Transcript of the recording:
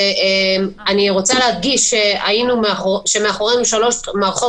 אני רוצה להדגיש שמאחורינו שלוש מערכות